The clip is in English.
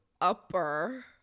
upper